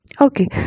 Okay